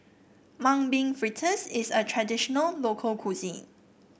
Mung Bean Fritters is a traditional local cuisine